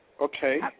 Okay